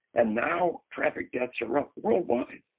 and now traffic deaths are up worldwide.